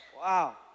Wow